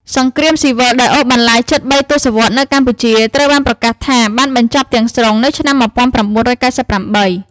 សង្គ្រាមស៊ីវិលដែលអូសបន្លាយជិត ៣ ទសវត្សរ៍នៅកម្ពុជា ត្រូវបានប្រកាសថាបានបញ្ចប់ទាំងស្រុងនៅចុងឆ្នាំ១៩៩៨។